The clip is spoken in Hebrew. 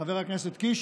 חבר הכנסת קיש,